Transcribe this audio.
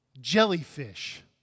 jellyfish